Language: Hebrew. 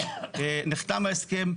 נחתם ההסכם,